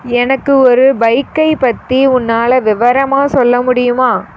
எனக்கு ஒரு பைக்கை பற்றி உன்னால் விவரமாக சொல்ல முடியுமா